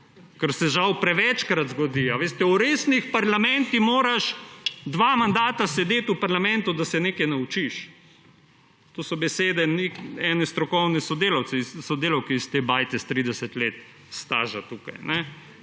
kar se žal prevečkrat zgodi. Veste, v resnih parlamentih moraš dva mandata sedeti v parlamentu, da se nekaj naučiš. To so besede ene strokovne sodelavke iz te bajte s 30 let staža tukaj.